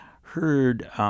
heard